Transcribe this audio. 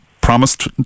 promised